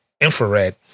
infrared